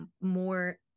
more